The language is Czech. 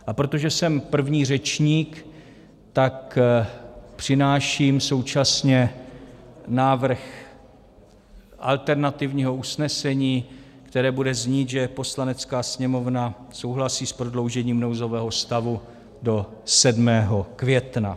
A protože jsem první řečník, tak přináším současně návrh alternativního usnesení, které bude znít, že Poslanecká sněmovna souhlasí s prodloužením nouzového stavu do 7. května.